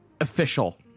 official